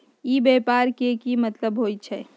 ई व्यापार के की मतलब होई छई?